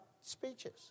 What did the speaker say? speeches